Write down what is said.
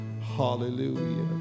hallelujah